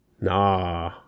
Nah